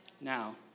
Now